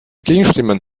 gegenstimmen